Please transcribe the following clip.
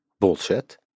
bullshit